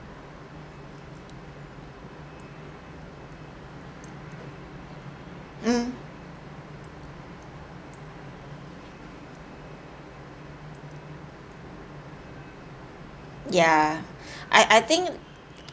mm ya I I think